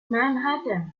manhattan